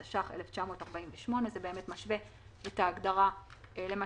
התש"ח 1948,"; זה משווה את ההגדרה למה